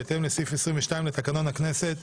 בהתאם לסעיף 22 לתקנון הכנסת,